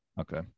okay